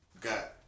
got